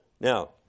Now